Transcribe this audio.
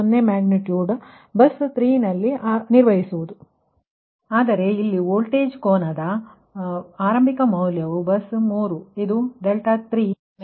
0 magnitude bus 3 ನಲ್ಲಿ ನಿರ್ವಹಿಸುವುದು ಒಂದು ಆದರೆ ಇಲ್ಲಿ ವೋಲ್ಟೇಜ್ ಕೋನದ ಆರಂಭಿಕ ಮೌಲ್ಯಗಳು ಬಸ್ 3 ಇದು30ಆಗಿದೆ